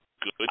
Good